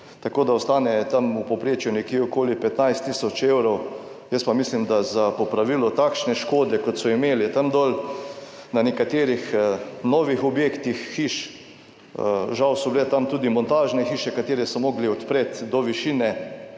tako da ostane tam v povprečju nekje okoli 15 tisoč evrov, jaz pa mislim, da za popravilo takšne škode, kot so imeli tam dol na nekaterih novih objektih hiš, žal so bile tam tudi montažne hiše, katere so mogli odpreti do višine